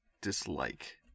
dislike